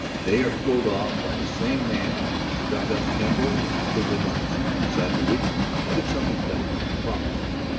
they were pulled off by the same man who stuck up kemble of the quigley mines. inside of a week i'll get something done i'll promise you that.